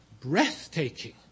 breathtaking